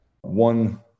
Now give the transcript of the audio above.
One